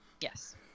Yes